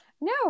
no